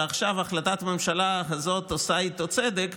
ועכשיו החלטת הממשלה הזאת עושה איתו צדק,